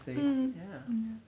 mm mm